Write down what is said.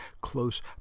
close